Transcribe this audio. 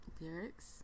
lyrics